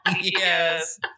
Yes